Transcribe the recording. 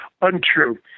untrue